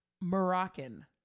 moroccan